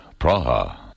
Praha